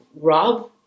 Rob